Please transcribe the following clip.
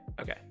okay